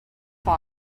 fog